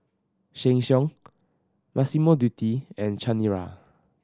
Sheng Siong Massimo Dutti and Chanira